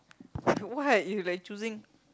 what you like choosing